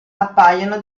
appaiono